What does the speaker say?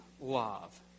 love